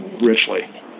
richly